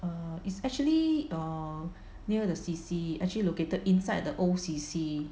err it's actually err near the C_C actually located inside the old C_C